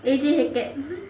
A_J Hackett